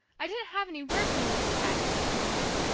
i didn't have any word from you, miss paget, he went on,